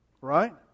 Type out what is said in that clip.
right